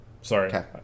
sorry